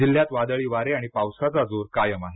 जिल्ह्यात वादळी वारे आणि पावसाचा जोर कायम आहे